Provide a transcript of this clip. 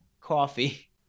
coffee